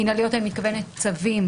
ב"מינהליות" אני מתכוונת צווים,